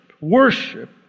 worship